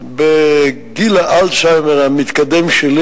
בגיל האלצהיימר המתקדם שלי,